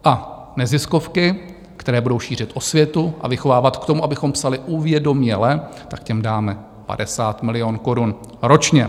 A neziskovky, které budou šířit osvětu a vychovávat k tomu, abychom psali uvědoměle, těm dáme 50 milionů korun ročně.